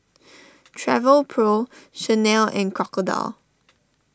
Travelpro Chanel and Crocodile